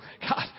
God